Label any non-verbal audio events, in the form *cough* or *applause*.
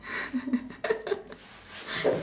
*laughs*